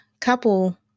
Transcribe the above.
couple